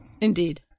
Indeed